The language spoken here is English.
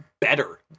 better